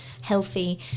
healthy